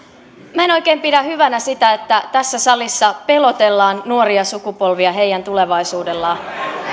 en oikein pidä hyvänä sitä että tässä salissa pelotellaan nuoria sukupolvia heidän tulevaisuudellaan